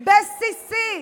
בסיסי.